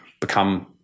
become